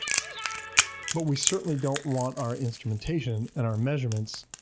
um but we certainly don't want our instrumentation and our measurements